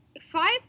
Five